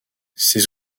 ces